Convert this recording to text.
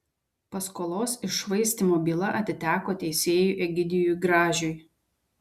paskolos iššvaistymo byla atiteko teisėjui egidijui gražiui